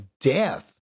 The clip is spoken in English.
death